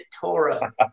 Torah